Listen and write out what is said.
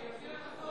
ימשיך לחכות.